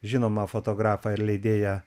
žinomą fotografą ir leidėją